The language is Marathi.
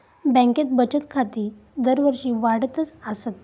बँकेत बचत खाती दरवर्षी वाढतच आसत